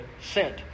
sent